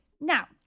Now